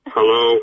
Hello